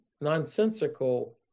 nonsensical